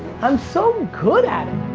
i'm so good at